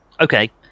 Okay